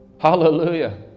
hallelujah